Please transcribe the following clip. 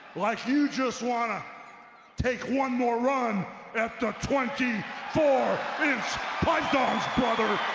like you just wanna take one more run after twenty four inch brother.